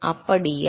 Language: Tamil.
அப்படியா